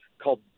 called